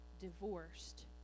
divorced